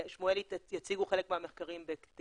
שמואלי יציגו חלק מהמחקרים בטעימה.